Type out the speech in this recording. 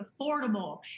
affordable